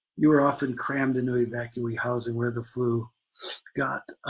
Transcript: you were often crammed into evacuee housing where the flu got ah.